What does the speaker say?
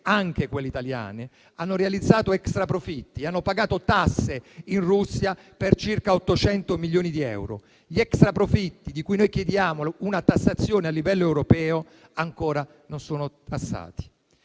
anche quelle italiane, hanno realizzato extraprofitti ed hanno pagato tasse in Russia per circa 800 milioni di euro. Gli extraprofitti di cui noi chiediamo una tassazione a livello europeo ancora non sono tassati.